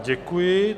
Děkuji.